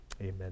amen